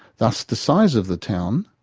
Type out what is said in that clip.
thus the size of the town,